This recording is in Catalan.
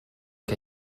que